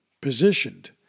positioned